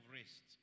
rest